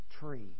tree